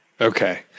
Okay